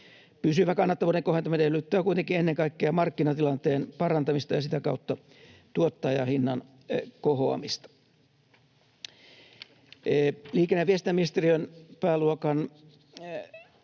Pysyvä kannattavuuden kohentuminen edellyttää kuitenkin ennen kaikkea markkinatilanteen parantamista ja sitä kautta tuottajahinnan kohoamista. Liikenne‑ ja viestintäministeriön pääluokan